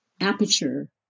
aperture